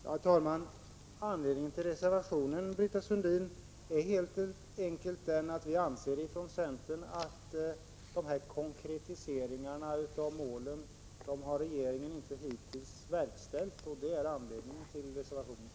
Herr talman! Anledningen till reservationen, Britta Sundin, är helt enkelt den att vi från centern anser att regeringen hittills ännu inte konkretiserat målen.